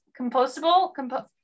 compostable